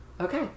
Okay